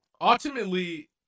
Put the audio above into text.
Ultimately